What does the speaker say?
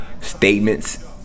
statements